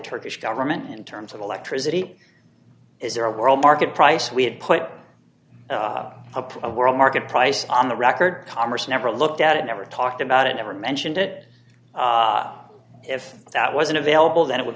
turkish government in terms of electricity is there a world market price we had put up a world market price on the record commerce never looked at it never talked about it never mentioned it if that wasn't available then it w